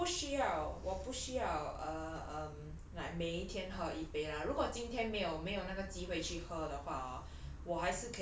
可是 hor 我不需要我不需要 err um like 每一天喝一杯 lah 如果今天没有没有那个机会去喝的话 orh